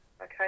Okay